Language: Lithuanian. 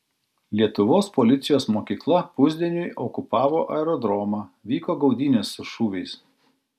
lietuvos policijos mokykla pusdieniui okupavo aerodromą vyko gaudynės su šūviais